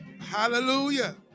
Hallelujah